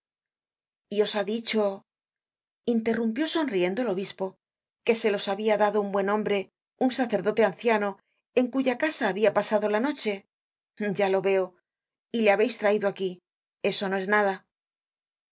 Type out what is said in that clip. os ha dicho interrumpió sonriendo el obispo que se los habia dado un buen hombre un sacerdote anciano en cuya casa habia pasado la noche ya lo veo y le habeis traidoaquí eso no es nada